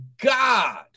God